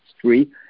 Three